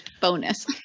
Bonus